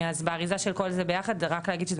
אז באריזה של כל זה ביחד רק להגיד שזה